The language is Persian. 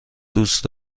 دوست